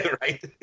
right